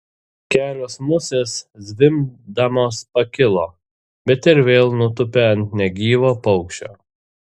kelios musės zvimbdamos pakilo bet ir vėl nutūpė ant negyvo paukščio